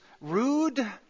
rude